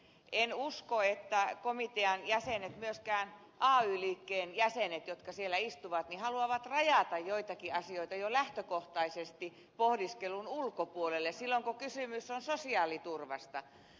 en usko että komitean jäsenet myöskään ay liikkeen jäsenet jotka siellä istuvat haluavat rajata joitakin asioita jo lähtökohtaisesti pohdiskelun ulkopuolelle silloin kun kysymys on sosiaaliturvasta